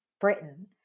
Britain